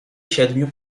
siedmiu